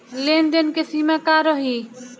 लेन देन के सिमा का रही?